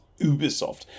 Ubisoft